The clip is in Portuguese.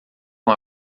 com